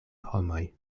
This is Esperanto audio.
homoj